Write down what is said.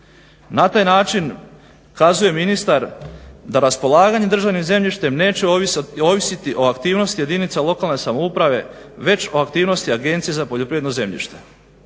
Na taj način kazuje ministar da raspolaganje državnim zemljištem neće ovisiti o aktivnosti jedinica lokalne samouprave već o aktivnosti Agencije za poljoprivredno zemljište.